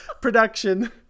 production